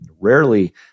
Rarely